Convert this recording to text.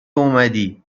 اومدی